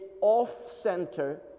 off-center